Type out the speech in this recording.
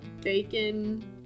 bacon